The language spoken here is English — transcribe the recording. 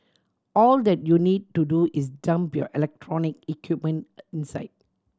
all that you need to do is dump your electronic equipment inside